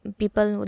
people